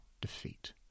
defeat